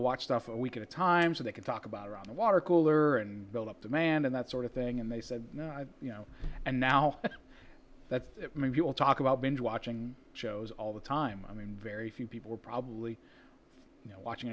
to watch stuff a week at a time so they could talk about around the water cooler and build up demand and that sort of thing and they said you know and now that people talk about binge watching shows all the time i mean very few people are probably you know watching